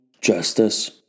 justice